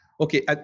Okay